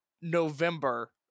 November